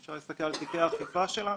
אפשר להסתכל על תיקי האכיפה שלנו.